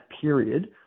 period